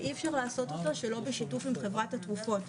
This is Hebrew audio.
אי-אפשר לעשות שלא בשיתוף חברת התרופות.